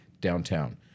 downtown